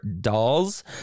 dolls